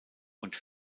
und